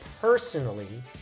personally